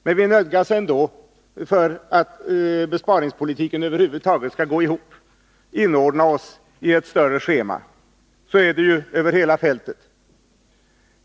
Men vi nödgas ändå, för att besparingspolitiken över huvud taget skall gå ihop, inordna oss i ett större schema. Så är det över hela fältet.